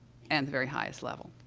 and the very highest level.